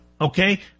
Okay